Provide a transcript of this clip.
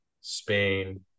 Spain